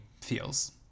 feels